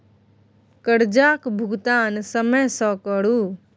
करजाक भूगतान समय सँ करु